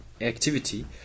activity